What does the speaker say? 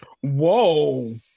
Whoa